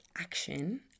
action